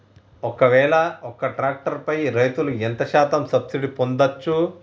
ఒక్కవేల ఒక్క ట్రాక్టర్ పై రైతులు ఎంత శాతం సబ్సిడీ పొందచ్చు?